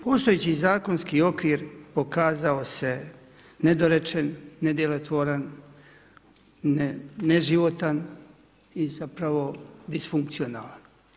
Postojeći zakonski okvir pokazao se nedorečen, nedjelotvoran, neživotan i zapravo disfunkcionalan.